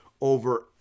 over